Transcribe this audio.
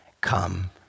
Come